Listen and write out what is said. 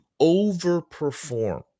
overperform